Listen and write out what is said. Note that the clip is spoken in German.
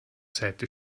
seite